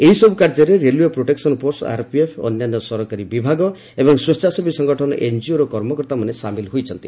ଏହିସବୁ କାର୍ଯ୍ୟରେ railway protection force RPF ଅନ୍ୟାନ୍ୟ ସରକାରୀ ବିଭାଗ ଏବଂ ସ୍ପେଚ୍ଛାସେବୀ ସଙ୍ଗଠନ ଏନ୍ଜିଓର କର୍ମକର୍ତ୍ତାମାନେ ସାମିଲ ହୋଇଛନ୍ତି